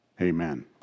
amen